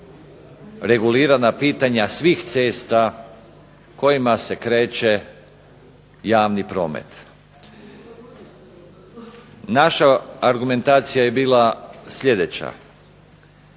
regulirana pitanja svih cesta kojima se kreće javni promet. Naša argumentacija je bila sljedeća,